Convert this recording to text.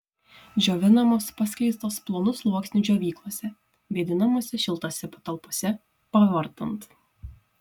džiovinamos paskleistos plonu sluoksniu džiovyklose vėdinamose šiltose patalpose pavartant